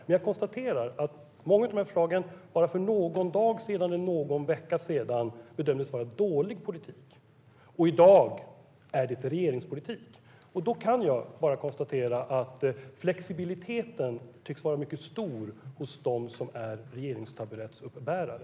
Men jag konstaterar att många av dessa förslag för bara någon dag eller någon vecka sedan bedömdes vara dålig politik, och i dag är det regeringspolitik. Då kan jag bara konstatera att flexibiliteten tycks vara mycket stor hos dem som är regeringstaburettsuppbärare.